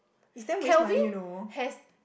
it's damn waste money you know